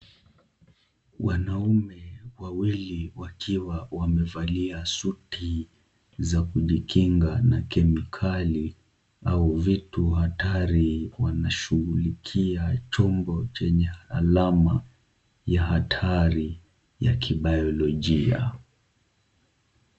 Wanaume wawili wakiwa wamevalia suti za kujikinga na kemikali au vitu hatari wanashughulikia chombo chenye alama ya hatari ya kibayolojia.